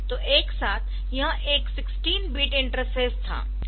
तो एक साथ यह एक 16 बिट इंटरफ़ेस था